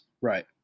Right